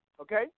okay